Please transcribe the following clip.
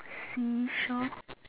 see-saw